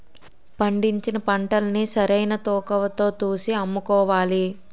పండించిన పంటల్ని సరైన తూకవతో తూసి అమ్ముకోవాలి